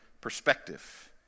perspective